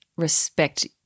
Respect